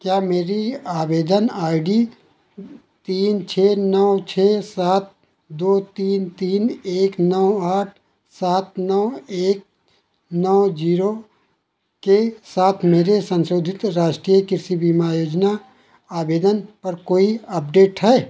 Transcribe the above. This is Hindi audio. क्या मेरी आवेदन आई डी तीन छः नौ छः सात दो तीन तीन एक नौ आठ सात नौ एक नौ जीरो के साथ मेरे संशोधित राष्ट्रीय कृषि बीमा योजना आवेदन पर कोई अपडेट है